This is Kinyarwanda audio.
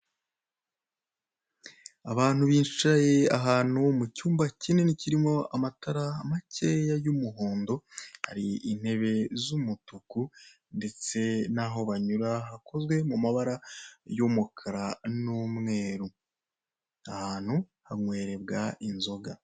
Abantu bicaye ahantu mu cyumba kinini kirimo amatara makeya y'umuhondo hari intebe z'umutuku ndetse naho banyura hakozwe mumabara y'umukara n'umweru. Ahantu hanywerebwa inzoga.